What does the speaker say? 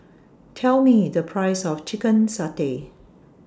Tell Me The Price of Chicken Satay